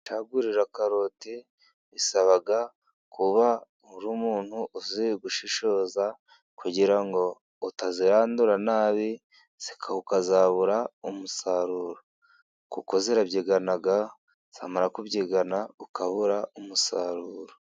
Gucagurira karoti bisaba kuba uri umuntu uzi gushishoza, kugira ngo utazirandura nabi zikazabura umusaruro. Kuko zirabyigana zamara kubyigana ukabura umusaruro.